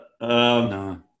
No